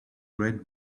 red